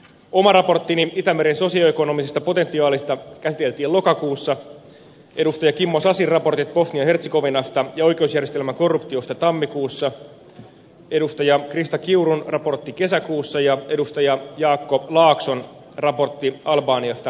oma raporttini itämeren alueen sosioekonomisesta potentiaalista käsiteltiin lokakuussa edustaja kimmo sasin raportit bosnia ja hertsegovinasta ja oikeusjärjestelmän korruptiosta tammikuussa edustaja krista kiurun raportti kesäkuussa ja edustaja jaakko laakson raportti albaniasta tammikuussa